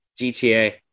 GTA